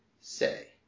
Say